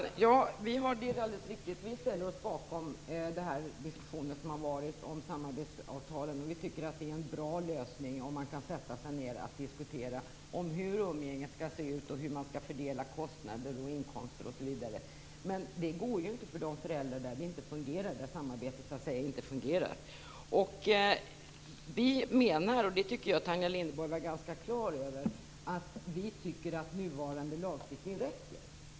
Fru talman! Det är alldeles riktigt att vi ställer oss bakom den diskussion som har varit om samarbetsavtalen. Vi tycker att det är en bra lösning om man kan sätta sig ned och diskutera hur umgänget skall se ut och hur man skall fördela kostnader och inkomster osv. Men det går inte för de föräldrar där samarbetet inte fungerar. Vi menar, och det tycker jag att Tanja Linderborg var ganska klar över, att nuvarande lagstiftning räcker.